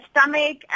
stomach